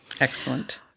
Excellent